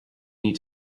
need